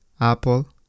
apple